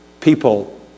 people